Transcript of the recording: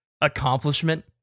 accomplishment